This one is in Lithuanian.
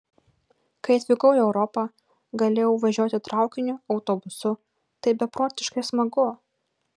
kai atvykau į europą galėjau važiuoti traukiniu autobusu tai beprotiškai smagu